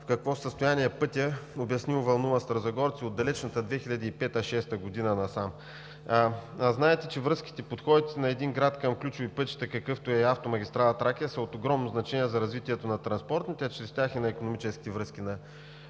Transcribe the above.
в какво състояние е пътят обяснимо вълнува старозагорци от далечната 2005 – 2006 г. насам. Знаете, че връзките, подходите на един град към ключови пътища, какъвто е автомагистрала „Тракия“, са от огромно значение за развитието на транспортните, а чрез тях и на икономическите връзки